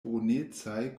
brunecaj